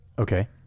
Okay